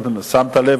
אם שמת לב,